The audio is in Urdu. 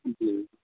جی